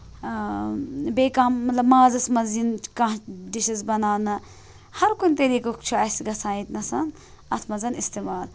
بیٚیہِ کانٛہہ مطلب مازَس مَنٛز یِن کانٛہہ ڈِشِز بناونہٕ ہَر کُنہِ طٔریقُک چھُ اَسہِ گَژھان ییتنَس اتھ منٛز استعمال